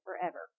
forever